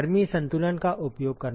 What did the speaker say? गर्मी संतुलन का उपयोग करना